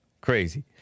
Crazy